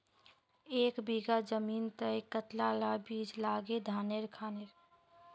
एक बीघा जमीन तय कतला ला बीज लागे धानेर खानेर?